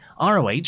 ROH